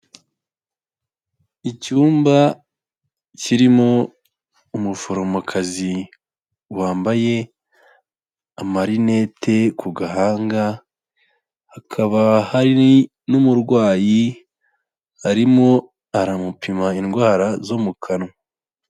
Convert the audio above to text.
Icyumba kirimo umuforomokazi wambaye amarinete ku gahanga, hakaba hari n'umurwayi arimo aramupima indwara zo mu kanwa.